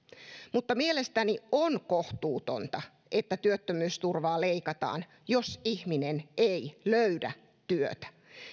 mutta mielestäni on kohtuutonta että työttömyysturvaa leikataan jos ihminen ei löydä työtä